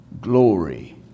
glory